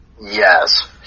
Yes